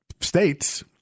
states